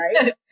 right